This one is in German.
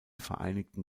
vereinigten